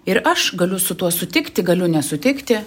ir aš galiu su tuo sutikti galiu nesutikti